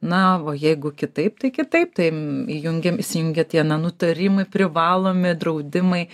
na o jeigu kitaip tai kitaip tai įjungiam įsijungia tie na nutarimai privalomi draudimai